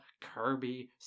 Kirby